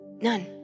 None